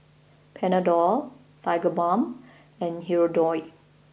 Panadol Tigerbalm and Hirudoid